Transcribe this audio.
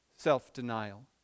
self-denial